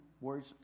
words